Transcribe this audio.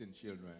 children